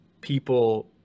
people